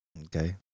Okay